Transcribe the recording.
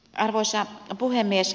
arvoisa puhemies